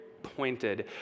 pointed